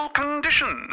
condition